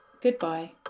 Goodbye